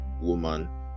woman